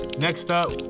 next up,